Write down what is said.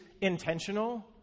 intentional